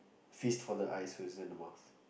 feast for the eyes first then the mouth